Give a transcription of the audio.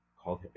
called